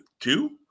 two